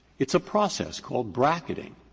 it's a process called bracketing.